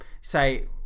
say